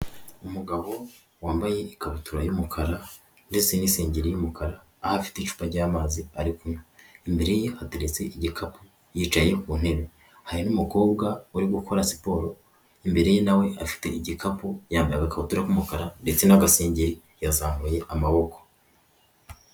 Umugabo wambaye ikabutura y'umukara ndetse n'isengeri y'umukara aho afite icupa ry'amazi arikunywa, imbere ye hateretse igikapu yicaye ku ntebe hari n'umukobwa uri gukora siporo, imbere ye nawe afite igikapu yambaye agakabutura k'umukara ndetse n'agasengeri yazamuye amaboko.